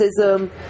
racism